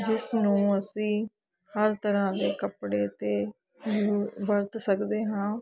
ਜਿਸ ਨੂੰ ਅਸੀਂ ਹਰ ਤਰ੍ਹਾਂ ਦੇ ਕੱਪੜੇ 'ਤੇ ਵੀ ਵਰਤ ਸਕਦੇ ਹਾਂ